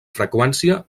freqüència